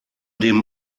dem